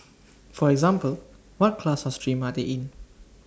for example what class or stream are they in